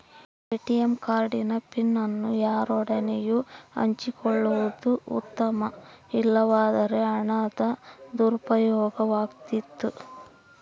ATM card ನ PIN ಅನ್ನು ಯಾರೊಡನೆಯೂ ಹಂಚಿಕೊಳ್ಳದಿರುವುದು ಉತ್ತಮ, ಇಲ್ಲವಾದರೆ ಹಣದ ದುರುಪಯೋಗವಾದೀತು